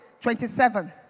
27